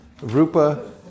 Rupa